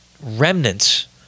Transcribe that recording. remnants